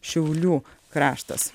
šiaulių kraštas